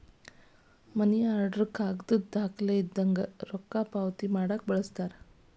ಮನಿ order ಕಾಗದದ್ ದಾಖಲೆ ಇದ್ದಂಗ ರೊಕ್ಕಾ ಪಾವತಿ ಮಾಡಾಕ ಬಳಸ್ತಾರ